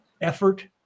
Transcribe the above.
effort